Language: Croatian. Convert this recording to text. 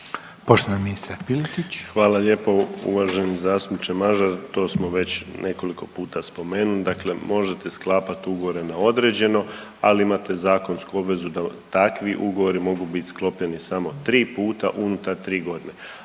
Marin (HDZ)** Hvala lijepo uvaženi zastupniče Mažar. To smo već nekoliko puta spomenuli, dakle možete sklapat ugovore na određeno, ali imate zakonsku obvezu da takvi ugovori mogu bit sklopljeni samo tri puta unutar 3.g..